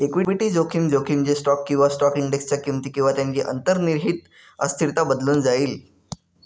equity जोखीम, जोखीम जे स्टॉक किंवा स्टॉक इंडेक्सच्या किमती किंवा त्यांची अंतर्निहित अस्थिरता बदलून जाईल